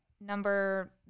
number